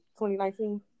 2019